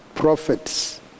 prophets